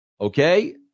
okay